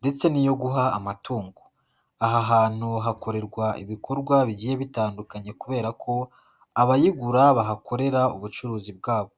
ndetse n'iyo guha amatungo, aha hantu hakorerwa ibikorwa bigiye bitandukanye kubera ko abayigura bahakorera ubucuruzi bwabo.